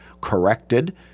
corrected